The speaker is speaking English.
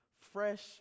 fresh